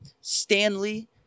Stanley